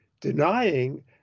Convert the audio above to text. denying